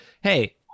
hey